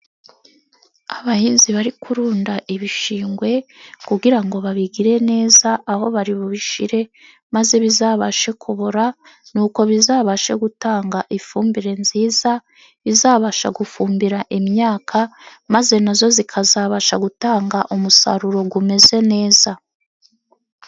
Abahinzi bari kurunda ibishingwe kugira ngo babigire neza, aho bari bubishyire maze bizabashe kubora, nuko bizabashe gutanga ifumbire nziza, izabasha gufumbira imyaka, maze na yo ikazabasha gutanga umusaruro umeze neza.